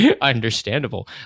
understandable